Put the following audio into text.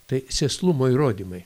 tai sėslumo įrodymai